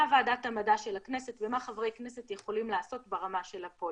ועדת המדע של הכנסת ומה חברי הכנסת יכולים לעשות ברמה של המדיניות.